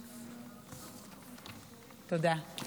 תודה.